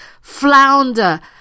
flounder